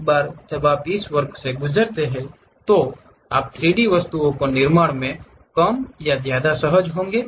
एक बार जब आप इस वर्ग से गुजरते हैं तो आप 3 डी वस्तुओं के निर्माण में कम या ज्यादा सहज होंगे